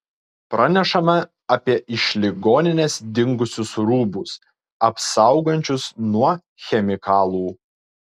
pranešama apie iš ligoninės dingusius rūbus apsaugančius nuo chemikalų